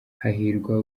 hahirwa